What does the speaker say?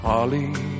Holly